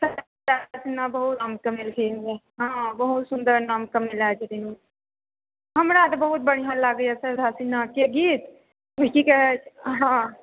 शारदा सिन्हा बहुत नाम कमेलखिन हेँ बहुत सुन्दर नाम कमेने छथिन हमरा तऽ बहुत बढ़िआँ लागैए शारदा सिन्हाके गीत की कहैत छै हँ